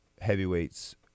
heavyweights